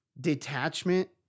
detachment